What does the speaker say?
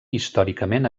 històricament